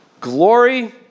glory